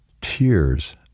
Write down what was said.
tears